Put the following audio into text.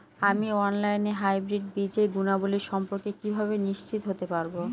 আমি অনলাইনে হাইব্রিড বীজের গুণাবলী সম্পর্কে কিভাবে নিশ্চিত হতে পারব?